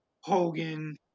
Hogan